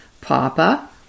Papa